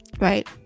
right